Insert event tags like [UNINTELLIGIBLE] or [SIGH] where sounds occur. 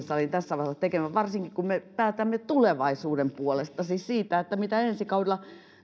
[UNINTELLIGIBLE] salin tässä vaiheessa tekevän varsinkin kun me päätämme tulevaisuuden puolesta siis siitä mitä ensi kaudella